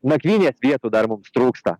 nakvynės vietų dar mums trūksta